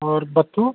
और बत्थू